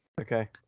Okay